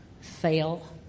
Fail